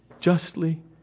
justly